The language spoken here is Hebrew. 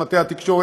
שהיה קיים בחלקו,